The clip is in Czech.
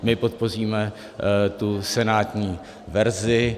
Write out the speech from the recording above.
My podpoříme tu senátní verzi.